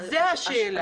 זו השאלה.